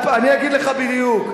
אני אגיד לך בדיוק,